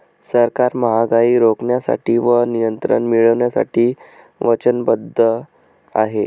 सरकार महागाई रोखण्यासाठी व नियंत्रण मिळवण्यासाठी वचनबद्ध आहे